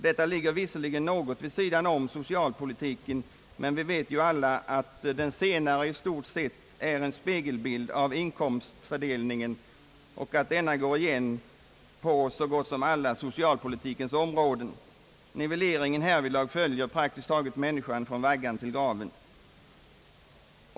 Detta ligger visserligen något vi sidan om socialpolitiken, men vi vet ju alla att den senare i stort sett är en spegelbild av inkomstfördelningen och att detta går igen på så gott som alla socialpolitikens områden. Nivelleringen härvidlag följer människan praktiskt taget från vaggan till graven.